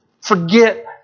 forget